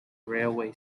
railway